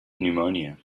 pneumonia